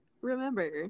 remember